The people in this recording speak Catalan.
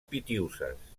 pitiüses